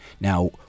Now